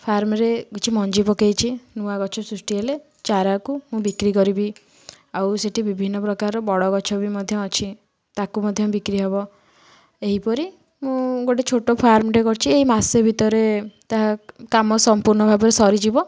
ଫାର୍ମରେ କିଛି ମଞ୍ଜି ପକେଇଛି ନୂଆ ଗଛ ସୃଷ୍ଟି ହେଲେ ଚାରାକୁ ମୁଁ ବିକ୍ରି କରିବି ଆଉ ସେଇଠି ବିଭିନ୍ନ ପ୍ରକାର ବଡ଼ ଗଛ ବି ମଧ୍ୟ ଅଛି ତାକୁ ମଧ୍ୟ ବିକ୍ରି ହେବ ଏହିପରି ମୁଁ ଗୋଟେ ଛୋଟ ଫାର୍ମଟେ କରିଛି ଏଇ ମାସେ ଭିତରେ ତାହା କାମ ସମ୍ପୂର୍ଣ୍ଣ ଭାବରେ ସରିଯିବ